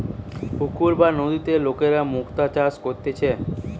পুকুরে বা নদীতে লোকরা যে মুক্তা চাষ করতিছে